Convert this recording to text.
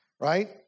Right